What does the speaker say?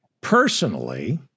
Personally